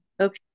Okay